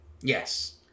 Yes